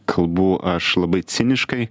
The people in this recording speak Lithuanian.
kalbu aš labai ciniškai